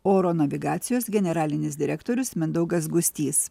oro navigacijos generalinis direktorius mindaugas gustys